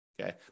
okay